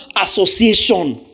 association